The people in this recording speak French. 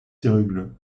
sirugue